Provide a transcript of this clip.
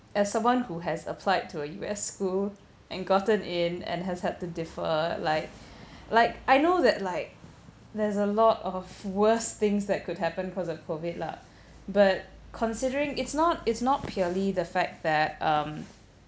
as someone who has applied to a U_S school and gotten in and has had to defer like like I know that like there's a lot of worse things that could happen because of COVID lah but considering it's not it's not purely the fact that um